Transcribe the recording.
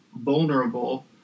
vulnerable